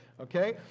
okay